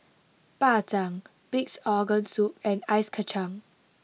Bak Chang Pig'S Organ Soup and Ice Kachang